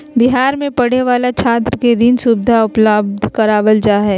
बिहार में पढ़े वाला छात्र के ऋण सुविधा उपलब्ध करवाल जा हइ